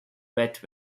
wet